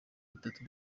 bitatu